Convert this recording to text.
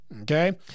Okay